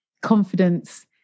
confidence